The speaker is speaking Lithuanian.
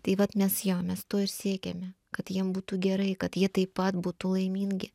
tai vat mes jo mes to ir siekiame kad jiem būtų gerai kad jie taip pat būtų laimingi